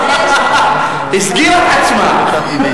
הסגירה את עצמה.